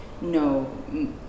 no